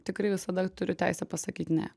tikrai visada turiu teisę pasakyt ne